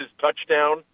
touchdown